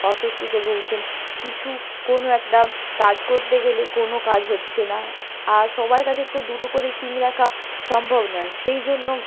অস্বস্তিতে ভুগছেন কিছু কোনো একটা কাজ করতে গেলে কোনো কাজ হচ্ছে না আর সবার কাছে তো দুটো করে সিম রাখা সম্ভব নয় সেই জন্য